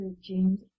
James